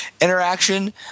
interaction